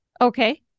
okay